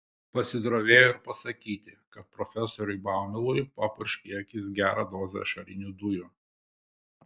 pasidrovėjo ir pasakyti kad profesoriui baumilui papurškė į akis gerą dozę ašarinių dujų